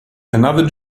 another